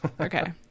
Okay